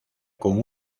con